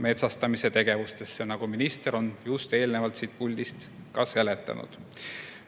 taasmetsastamise tegevustesse, nagu minister just eelnevalt siit puldist ka seletas.